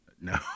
No